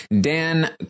Dan